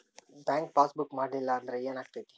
Bank passbook ಮಾಡಲಿಲ್ಲ ಅಂದ್ರೆ ಏನ್ ಆಗ್ತೈತಿ?